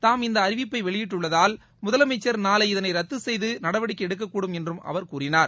தாம் இந்த அறிவிப்பை வெளியிட்டுள்ளதால் முதலமைச்சர் நாளை இதளை ரத்து செய்ய நடவடிக்கை எடுக்கக்கூடும் என்றும் அவர் கூறினார்